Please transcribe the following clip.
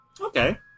Okay